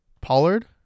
Pollard